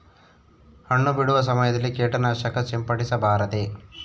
ಹಣ್ಣು ಬಿಡುವ ಸಮಯದಲ್ಲಿ ಕೇಟನಾಶಕ ಸಿಂಪಡಿಸಬಾರದೆ?